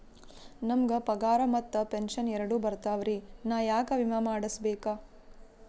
ನಮ್ ಗ ಪಗಾರ ಮತ್ತ ಪೆಂಶನ್ ಎರಡೂ ಬರ್ತಾವರಿ, ನಾ ಯಾಕ ವಿಮಾ ಮಾಡಸ್ಬೇಕ?